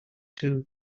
too